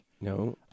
No